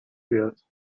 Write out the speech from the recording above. بیاد